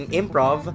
improv